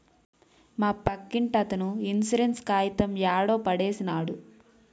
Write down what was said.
మా పక్కింటతను ఇన్సూరెన్స్ కాయితం యాడో పడేసినాడు